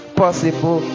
possible